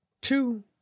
two